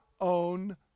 own